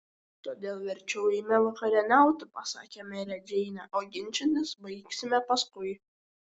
todėl verčiau eime vakarieniauti pasakė merė džeinė o ginčytis baigsime paskui